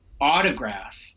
autograph